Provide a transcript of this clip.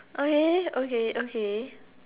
okay okay okay